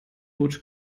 burj